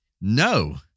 no